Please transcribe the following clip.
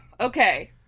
Okay